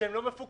שהם לא מפוקחים,